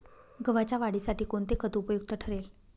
गव्हाच्या वाढीसाठी कोणते खत उपयुक्त ठरेल?